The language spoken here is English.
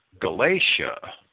Galatia